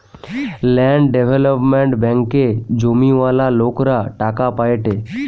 land development ব্যাঙ্কে জমিওয়ালা লোকরা টাকা পায়েটে